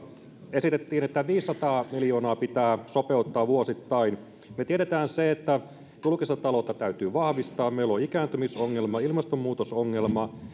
esitettiin että viisisataa miljoonaa pitää sopeuttaa vuosittain me tiedämme sen että julkista taloutta täytyy vahvistaa meillä on ikääntymisongelma ilmastonmuutosongelma